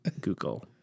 Google